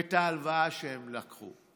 את ההלוואה שהם לקחו.